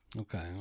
Okay